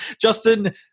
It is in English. Justin